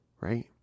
Right